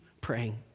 praying